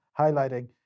highlighting